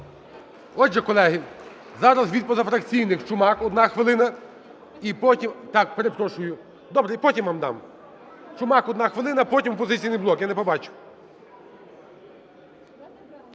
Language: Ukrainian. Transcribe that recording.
Отже, колеги, зараз від позафракційних Чумак, одна хвилина. І потім… перепрошую, потім вам дам. Чумак, одна хвилина, потім "Опозиційний блок", я не побачив.